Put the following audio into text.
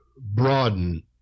broaden